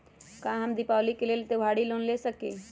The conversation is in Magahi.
का हम दीपावली के लेल त्योहारी लोन ले सकई?